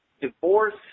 divorce